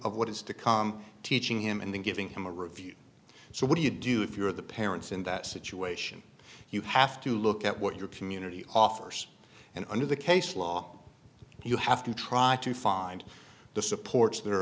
of what is to come teaching him and then giving him a review so what do you do if you're the parents in that situation you have to look at what your community offers and under the case law you have to try to find the supports that are